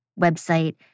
website